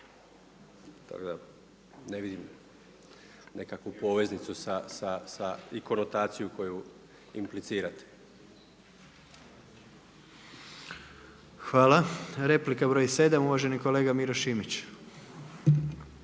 Tako da ne vidim nekakvu poveznicu i konotaciju koju implicirate. **Jandroković, Gordan (HDZ)** Hvala. Replika broj 7, uvaženi kolega Miro Šimić.